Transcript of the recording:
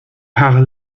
paar